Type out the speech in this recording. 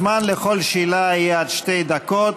הזמן לכל שאלה יהיה עד שתי דקות,